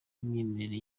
n’imyemerere